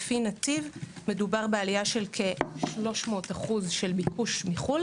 לפי נתיב מדובר בעלייה של כ-300% בביקוש מחו"ל,